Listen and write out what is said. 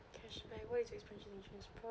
cashback what is the experience when you choose